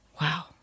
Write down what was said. Wow